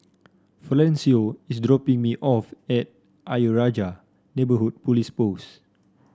Florencio is dropping me off at Ayer Rajah Neighbourhood Police Post